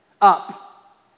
up